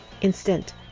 Instant